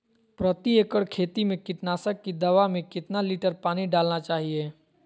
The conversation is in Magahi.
प्रति एकड़ खेती में कीटनाशक की दवा में कितना लीटर पानी डालना चाइए?